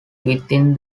within